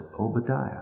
Obadiah